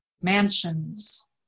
mansions